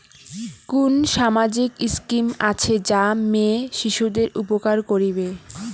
কুন সামাজিক স্কিম আছে যা মেয়ে শিশুদের উপকার করিবে?